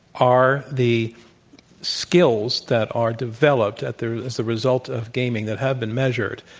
are the skills that are developed at the as the result of gaming that have been measured,